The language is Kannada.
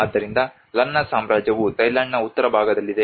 ಆದ್ದರಿಂದ ಲನ್ನಾ ಸಾಮ್ರಾಜ್ಯವು ಥೈಲ್ಯಾಂಡ್ನ ಉತ್ತರ ಭಾಗದಲ್ಲಿದೆ